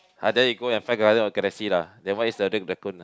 ah then you go and find Guardians of Galaxy lah that one is a real raccoon